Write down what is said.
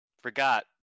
forgot